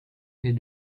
est